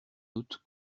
doute